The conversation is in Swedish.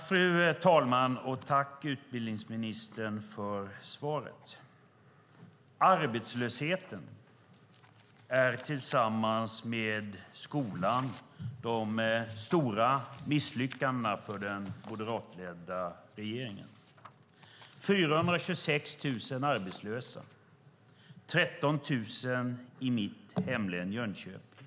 Fru talman! Tack för svaret, utbildningsministern. Arbetslösheten är tillsammans med skolan de stora misslyckandena för den moderatledda regeringen. Det är 426 000 arbetslösa, och 13 000 i mitt hemlän Jönköping.